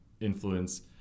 influence